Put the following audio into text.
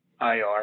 IR